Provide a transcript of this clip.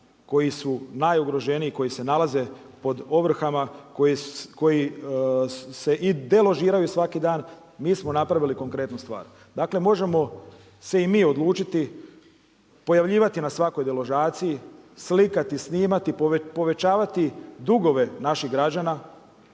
koji su najugroženiji koji se nalaze pod ovrhama koji se i deložiraju svaki dan. Mi smo napravili konkretnu stvar. Dakle, možemo se i mi odlučiti pojavljivati na svakoj deložaciji, slikati, snimati, povećavati dugove naših građana,